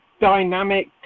dynamic